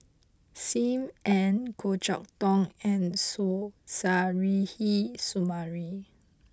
Sim Ann Goh Chok Tong and Suzairhe Sumari